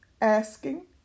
asking